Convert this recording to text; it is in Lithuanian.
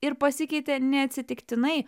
ir pasikeitė ne atsitiktinai